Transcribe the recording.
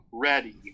ready